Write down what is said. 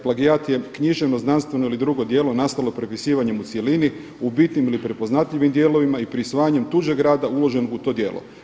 Plagijat je književno, znanstveno ili drugo djelo nastalo prepisivanjem u cjelini u bitnim ili prepoznatljivim dijelovima i prisvajanjem tuđeg rada uloženo u to djelo.